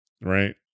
right